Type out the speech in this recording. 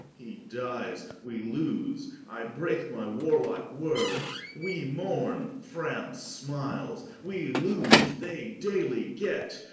he dies, we loose i breake my warlike word we mourne, france smiles we loose, they dayly get,